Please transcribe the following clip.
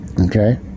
Okay